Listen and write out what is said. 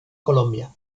colombia